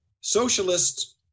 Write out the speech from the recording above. socialists